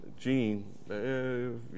Gene